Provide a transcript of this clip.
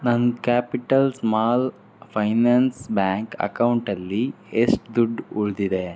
ನನ್ನ Capital Small Finance Bank ಅಕೌಂಟಲ್ಲಿ ಎಷ್ಟು ದುಡ್ಡು ಉಳಿದಿದೆ